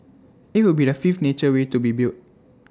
IT will be the fifth nature way to be built